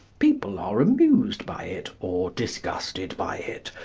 people are amused by it, or disgusted by it,